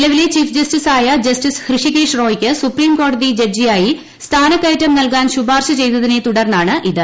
നിലവിലെ chief justice ആയ്ക justice Hrishikesh റോയിക്ക് സുപ്രീം കോടതി ജഡ്ജിയായി സ്മാന്റിക്കുയറ്റം നൽകാൻ ശുപാർശ ചെയ്തതിനെ തുടർന്നാണ് ഇത്